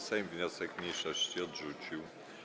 Sejm wniosek mniejszości odrzucił.